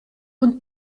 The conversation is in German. und